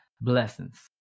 Blessings